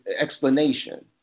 explanation